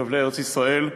חבלי ארץ-ישראל,